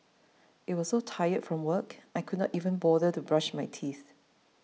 I was so tired from work I could not even bother to brush my teeth